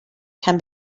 can